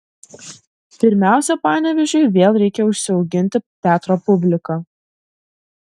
pirmiausia panevėžiui vėl reikia užsiauginti teatro publiką